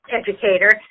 educator